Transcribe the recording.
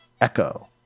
echo